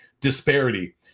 disparity